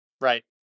Right